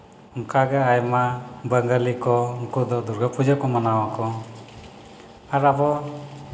ᱚᱱᱠᱟᱜᱮ ᱟᱭᱢᱟ ᱵᱟᱝᱜᱟᱞᱤ ᱠᱚ ᱩᱱᱠᱩ ᱫᱚ ᱫᱩᱨᱜᱟᱹ ᱯᱩᱡᱟᱹ ᱠᱚ ᱢᱟᱱᱟᱣᱟᱠᱚ ᱟᱨ ᱟᱵᱚ